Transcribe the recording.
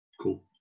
cool